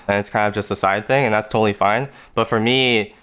and it's kind of just side thing, and that's totally fine but for me,